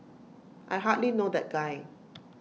I hardly know that guy